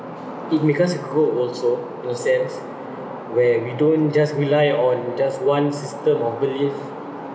it because it grow also in a sense where we don't just rely on just one system of belief